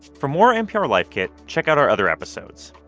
for more npr life kit, check out our other episodes.